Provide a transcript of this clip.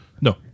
No